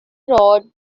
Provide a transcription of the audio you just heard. wrote